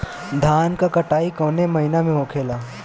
धान क कटाई कवने महीना में होखेला?